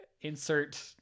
insert